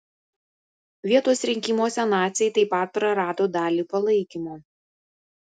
vietos rinkimuose naciai taip pat prarado dalį palaikymo